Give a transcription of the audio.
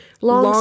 long